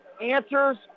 answers